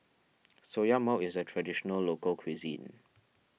Soya mall is a Traditional Local Cuisine